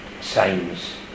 Signs